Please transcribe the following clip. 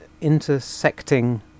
intersecting